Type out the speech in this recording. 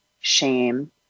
shame